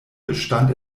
bestand